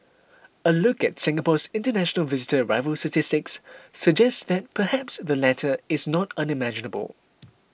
a look at Singapore's international visitor arrival statistics suggest that perhaps the latter is not unimaginable